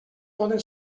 poden